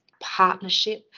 partnership